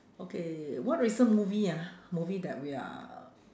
okay what recent movie ah movie that we are